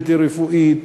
בלתי רפואית,